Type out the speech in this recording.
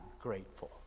grateful